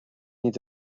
need